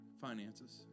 finances